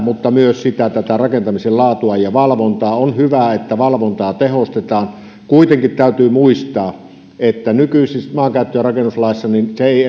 mutta myös rakentamisen laatua ja valvontaa on hyvä että valvontaa tehostetaan kuitenkin täytyy muistaa että nykyisessä maankäyttö ja rakennuslaissa se ei